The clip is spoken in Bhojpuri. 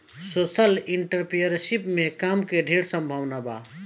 सोशल एंटरप्रेन्योरशिप में काम के ढेर संभावना बा